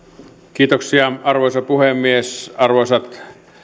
kiitoksia arvoisa puhemies arvoisat